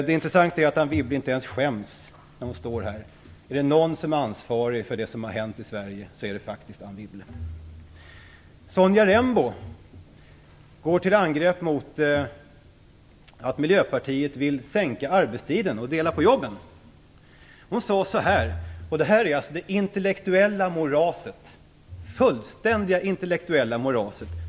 Det intressanta är att Anne Wibble inte ens skäms när hon står här. Är det någon som är ansvarig för det som har hänt i Sverige så är det faktiskt Anne Wibble. Sonja Rembo går till angrepp mot att Miljöpartiet vill sänka arbetstiden och dela på jobben. Det hon sade visar på ett intellektuellt moras, det fullständiga intellektuella moraset.